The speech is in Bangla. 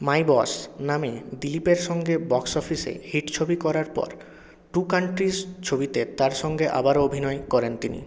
মাই বস নামে দিলীপের সঙ্গে বক্স অফিসে হিট ছবি করার পর টু কান্ট্রিজ ছবিতে তাঁর সঙ্গে আবারও অভিনয় করেন তিনি